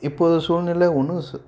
இப்போது சூழ்நிலை ஒன்று